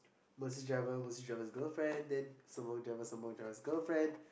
Mercedes driver Mercedes driver's girlfriend then Sembawang driver Sembawang's driver girlfriend